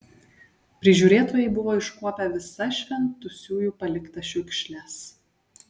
prižiūrėtojai buvo iškuopę visas šventusiųjų paliktas šiukšles